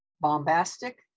bombastic